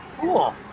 Cool